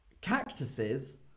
cactuses